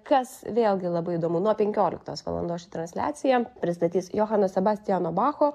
kas vėlgi labai įdomu nuo penkioliktos valandos transliacija pristatys johano sebastiano bacho